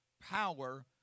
power